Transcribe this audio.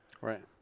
Right